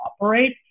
operate